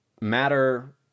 matter